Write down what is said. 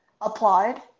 applied